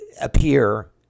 appear